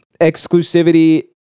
exclusivity